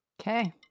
Okay